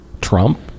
Trump